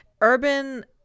urban